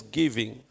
giving